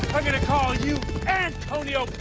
i'm going to call you antonio